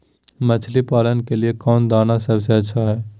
मछली पालन के लिए कौन दाना सबसे अच्छा है?